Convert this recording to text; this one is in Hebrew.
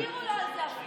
אפילו לא העירו לו על זה.